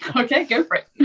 okay, go for it.